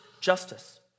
justice